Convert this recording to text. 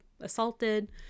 assaulted